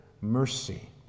mercy